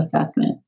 assessment